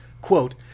quote